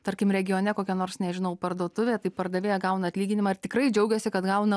tarkim regione kokia nors nežinau parduotuvė tai pardavėja gauna atlyginimą ir tikrai džiaugiasi kad gauna